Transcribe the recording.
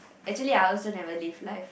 actually I also never live life